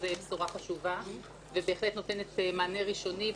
זאת בשורה חשובה שנותנת בהחלט מענה ראשוני.